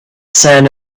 sand